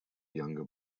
younger